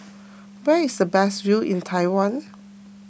where is the best view in Taiwan